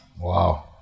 wow